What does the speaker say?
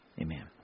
Amen